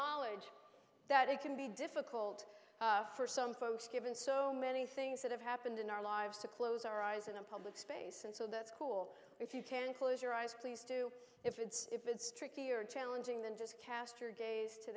acknowledge that it can be difficult for some folks given so many things that have happened in our lives to close our eyes in a public space and so that's cool if you can close your eyes please do if it's trickier challenging than just cast your gaze to